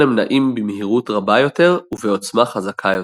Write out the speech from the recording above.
הם נעים במהירות רבה יותר ובעוצמה חזקה יותר.